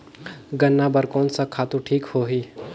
गन्ना बार कोन सा खातु ठीक होही?